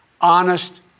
Honest